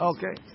Okay